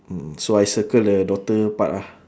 mm so I circle the daughter part ah